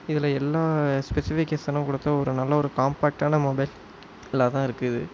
இதில் எல்லா ஸ்பெசிஃபிகேஷனும் கொடுத்து ஒரு நல்லவொரு காம்பெக்ட்டான மொபைல் லாகதான் இருக்குது